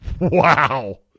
Wow